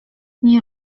nie